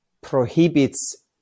prohibits